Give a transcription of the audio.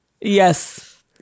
yes